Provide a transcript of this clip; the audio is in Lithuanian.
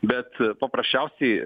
bet paprasčiausiai